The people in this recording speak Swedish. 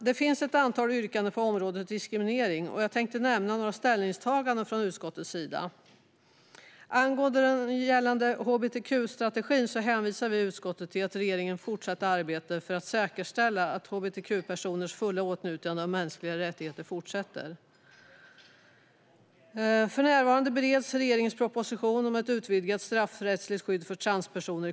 Det finns ett antal yrkanden på området diskriminering, och jag tänkte nämna några ställningstaganden från utskottets sida. Angående den nu gällande hbtq-strategin hänvisar vi i utskottet till regeringens fortsatta arbete för att säkerställa hbtq-personers fulla åtnjutande av de mänskliga rättigheterna. För närvarande bereder konstitutionsutskottet regeringens proposition om ett utvidgat straffrättsligt skydd för transpersoner.